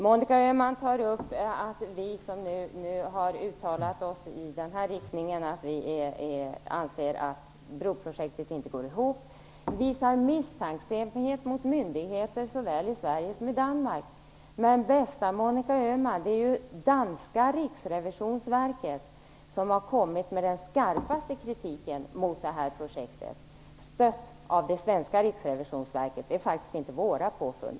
Monica Öhman säger att vi som har uttalat oss i riktningen att vi anser att broprojektet inte går ihop visar misstänksamhet mot myndigheter såväl i Sverige som i Danmark. Men bästa Monica Öhman, det är ju det danska riksrevisionsverket som har kommit med den skarpaste kritiken mot det här projektet, stött av det svenska riksrevisionsverket. Det är faktiskt inte våra påfund.